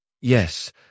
Yes